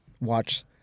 watch